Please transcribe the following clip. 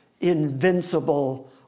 invincible